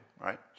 right